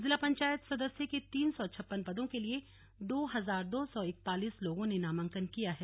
जिला पंचायत सदस्य के तीन सौ छप्पन पदों के लिए दो हजार दो सौ इकतालिस लोगों ने नामांकन किया है